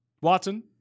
Watson